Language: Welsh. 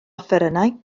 offerynnau